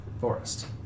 forest